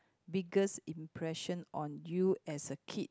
biggest impression on you as a kid